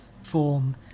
form